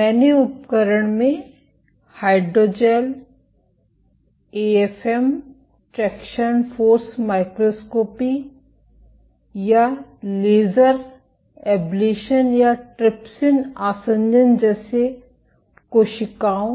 मैंने उपकरण में hydrogel AFM traction force microscopy या लेजर एब्लेशन या ट्रिप्सिन आसंजन जैसे कोशिकाओं